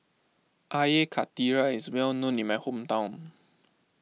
Air Karthira is well known in my hometown